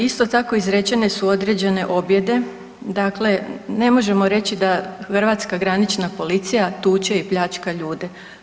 Isto tako izrečene su određene objede, dakle ne možemo reći da hrvatska granična policija tuče i pljačka ljude.